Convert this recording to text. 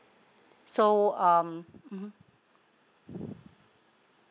so um mmhmm